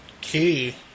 key